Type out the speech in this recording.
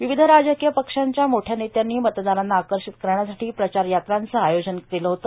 विविध राजकीय पक्षांच्या मोठया नेत्यांनी मतदारांना आकर्षित करण्यासाठी प्रचारयात्रांचे आयोजन केले होते